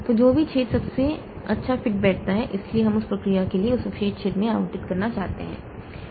तो जो भी छेद सबसे अच्छा फिट बैठता है इसलिए हम उस प्रक्रिया के लिए उस विशेष छेद में आवंटित करना चाहते हैं